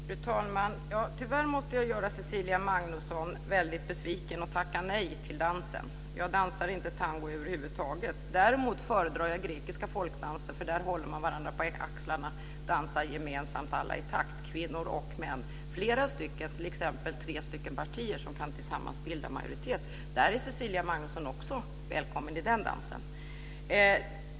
Fru talman! Tyvärr måste jag göra Cecilia Magnusson väldigt besviken och tacka nej till dansen. Jag dansar inte tango över huvud taget. Däremot föredrar jag grekiska folkdanser, eftersom man där håller varandra på axlarna och dansar gemensamt alla i takt, kvinnor och män, flera stycken, t.ex. tre partier som tillsammans kan bilda majoritet. Cecilia Magnusson är också välkommen i den dansen.